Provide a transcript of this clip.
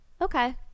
okay